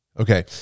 Okay